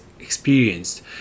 experienced